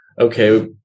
okay